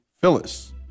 Phyllis